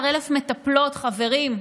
12,000 מטפלות, חברים,